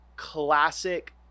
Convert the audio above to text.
classic